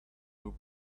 were